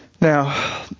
Now